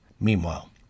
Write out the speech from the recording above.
Meanwhile